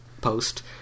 post